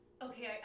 Okay